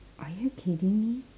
are you kidding me